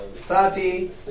Sati